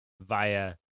via